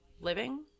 living